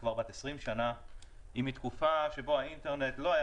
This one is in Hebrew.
היא כבר בת 20 שנים והיא מתקופה בה האינטרנט לא היה